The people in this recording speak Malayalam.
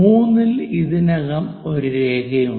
3 ൽ ഇതിനകം ഒരു രേഖയുണ്ട്